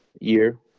year